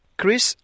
Chris